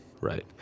right